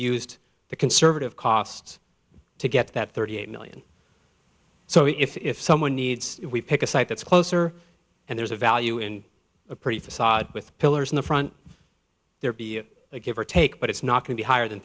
used the conservative costs to get that thirty eight million so if someone needs we pick a site that's closer and there's a value in a pretty facade with pillars in the front there be a give or take but it's not going to be higher than